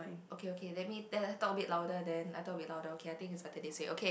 okay okay let me te~ talk a bit louder then I talk a bit louder okay I think it's better this way okay